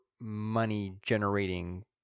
money-generating